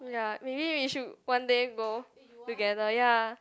ya maybe we should one day go together ya